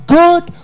good